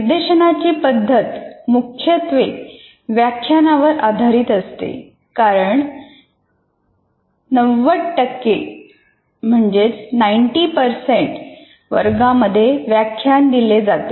निर्देशनाची पद्धत मुख्यत्वे व्याख्यान वर आधारित असते कारण 90 टक्के वर्गांमध्ये व्याख्यान दिले जाते